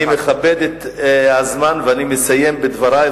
אני מכבד את הזמן ואני אסיים את דברי.